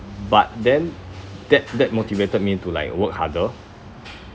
but then that that motivated me to like work harder